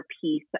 piece